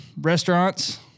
restaurants